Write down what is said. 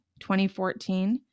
2014